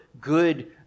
good